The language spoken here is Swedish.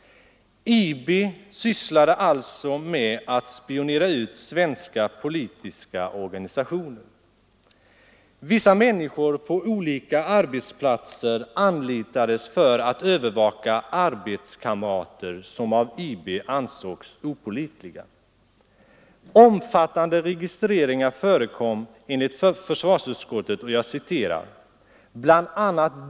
IB sysslade alltså med att spionera ut svenska politiska organisationer, vissa människor på olika arbetsplatser anlitades för att övervaka arbetskamrater som av IB ansågs opålitliga, omfattande registreringar förekom enligt försvarsutskottet av ”bl.a.